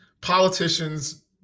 politicians